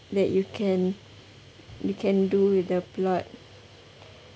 that you can you can do with the plot